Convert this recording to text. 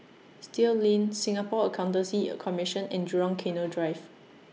Still Lane Singapore Accountancy Commission and Jurong Canal Drive